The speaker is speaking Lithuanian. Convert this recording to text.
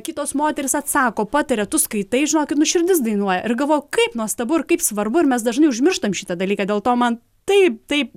kitos moterys atsako pataria tu skaitai žinokit nu širdis dainuoja ir galvoju kaip nuostabu ir kaip svarbu ir mes dažnai užmirštam šitą dalyką dėl to man taip taip